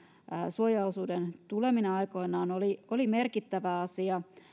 suojaosuuden tuleminen aikoinaan oli oli merkittävä asia